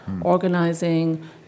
organizing